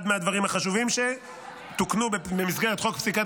אחד הדברים החשובים שתוקנו במסגרת חוק פסיקת